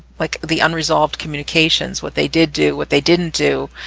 like the unresolved communications what they did do what they didn't do